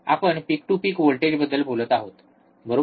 आपण peak to peak व्होल्टेजबद्दल बोलत आहोत बरोबर